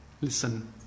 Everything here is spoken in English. Listen